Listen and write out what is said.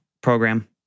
program